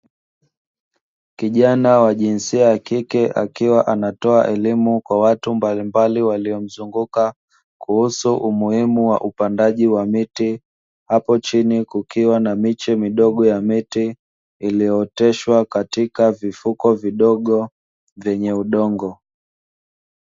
Kijana wa jinsia ya kike akiwa anatoa elimu kwa watu mbalimbali walio mzunguka, kuhusu umuhimu wa upandaji wa miti, apo chini kukiwa na miche midogo ya miti iliyootesha katika vifuko vidogo vyenye udongo.